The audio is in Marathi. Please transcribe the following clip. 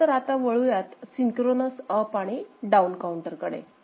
चला तर आता वळूयात सिंक्रोनस अप आणि डाऊन काऊंटरकडे